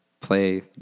play